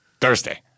Thursday